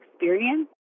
experience